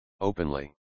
openly